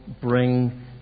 bring